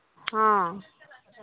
ᱦᱮᱸ